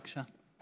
בבקשה.